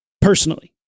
personally